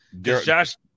josh